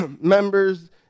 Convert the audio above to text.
members